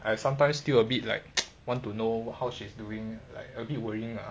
I sometimes still a bit like want to know how she's doing like a bit worrying lah